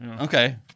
Okay